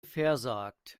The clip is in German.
versagt